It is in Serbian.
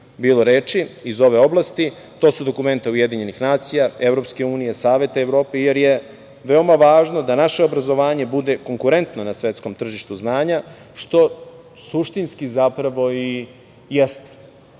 bilo reči iz ove oblasti. To su dokumenta UN, EU, Saveta Evrope, jer je veoma važno da naše obrazovanje bude konkurentno na svetskom tržištu znanja, što suštinski zapravo i jeste.